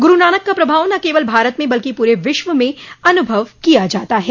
गुरू नानक का प्रभाव न केवल भारत में बल्कि पूरे विश्व् में अनुभव किया जाता है